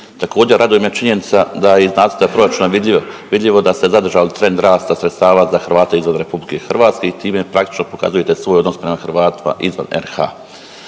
Također, raduje me činjenica da iz nacrta proračuna vidljivo da ste zadržali trend rasta sredstava za Hrvate izvan RH i time praktično pokazujete svoj odnos prema Hrvatima izvan RH.